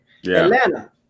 Atlanta